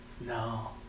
No